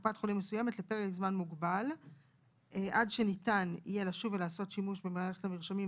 "לפרק זמן מוגבל הזמן עד שניתן יהיה לשוב ולעשות שימוש במערכת המרשמים,